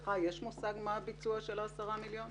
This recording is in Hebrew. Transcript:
לך יש מושג מה הביצוע של ה-10 מיליון?